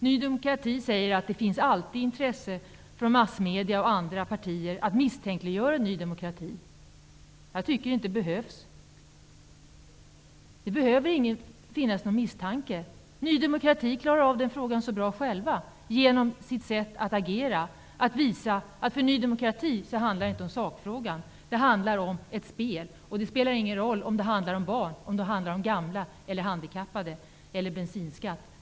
Stefan Kihlberg säger att det alltid finns intresse från massmedier och från andra partier för att misstänkliggöra Ny demokrati. Jag tycker inte att det behövs. Det behöver inte finnas någon misstanke. I Ny demokrati klarar man av den frågan så bra själv genom sitt sätt att agera. Det handlar inte om sakfrågan för Ny demokrati utan om ett spel. Det spelar ingen roll om det gäller barn, gamla, handikappade eller bensinskatt.